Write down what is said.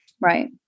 Right